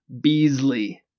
Beasley